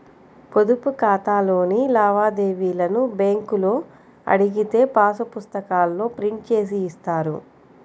పొదుపు ఖాతాలోని లావాదేవీలను బ్యేంకులో అడిగితే పాసు పుస్తకాల్లో ప్రింట్ జేసి ఇస్తారు